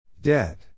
Dead